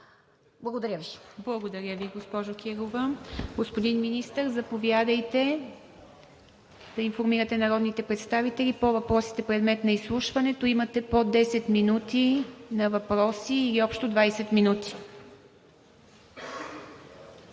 ИВА МИТЕВА: Благодаря Ви, госпожо Кирова. Господин Министър, заповядайте да информирате народните представители по въпросите, предмет на изслушването. Имате по 10 минути на въпроси или общо 20 минути.